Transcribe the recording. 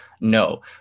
No